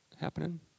happening